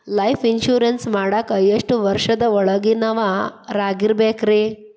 Life insurance ಮಾಡಾಕ ಎಷ್ಟು ವರ್ಷದ ಒಳಗಿನವರಾಗಿರಬೇಕ್ರಿ?